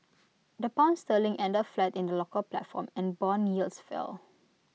the pound sterling ended flat in the local platform and Bond yields fell